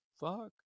fuck